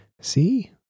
See